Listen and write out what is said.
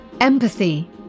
Empathy